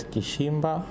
Kishimba